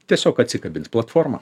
tiesiog atsikabins platforma